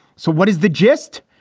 so what is the gist?